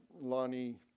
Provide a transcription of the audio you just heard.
Lonnie